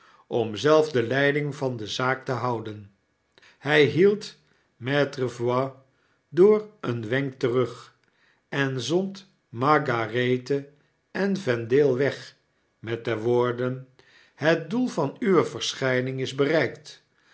om zelf de leiding der zaak te houden hy hield maitre voigt door een wenk terug en zond margarethe en vendale weg met de woorden het doel van uwe verschijning is bereikt